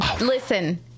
Listen